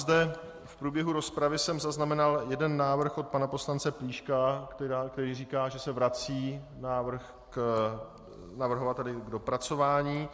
V průběhu rozpravy jsem zaznamenal jeden návrh od pana poslance Plíška, který říká, že se vrací návrh navrhovateli k dopracování.